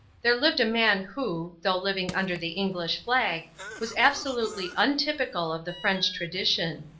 there lived a man who though living under the english flag was absolutely untypical of the french tradition.